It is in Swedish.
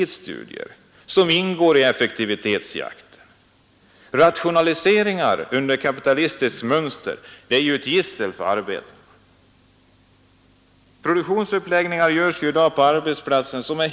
Det är ett nät av samarbetsavtal som binder lönarbetarnas aktivitet och möjligheter att utveckla kamp för sina intressen.